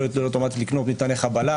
לא יהיה לו כסף לקנות מטעני חבלה,